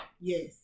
Yes